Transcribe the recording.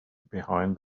behind